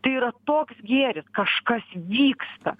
tai yra toks gėris kažkas vyksta